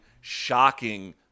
shocking